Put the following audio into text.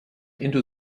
into